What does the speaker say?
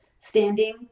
standing